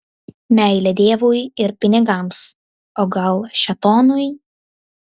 meilė dievui ir pinigams o gal šėtonui